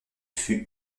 fut